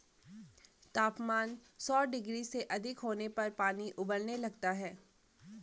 तापमान सौ डिग्री से अधिक होने पर पानी उबलने लगता है